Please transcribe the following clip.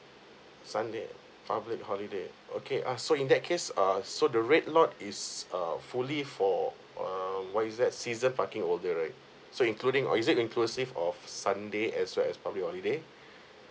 sunday public holiday okay ah so in that case err so the red lot is uh fully for err what is that season parking holder right so including or is it inclusive of sunday as well as public holiday